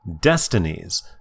Destinies